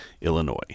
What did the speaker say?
Illinois